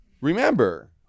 remember